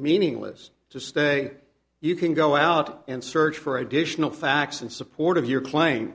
meaningless to stay you can go out and search for additional facts in support of your claim